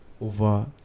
over